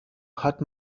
hat